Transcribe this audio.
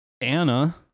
Anna